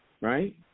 right